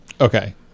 Okay